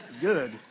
Good